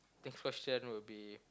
next question would be